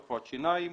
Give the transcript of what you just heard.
רפואת שיניים,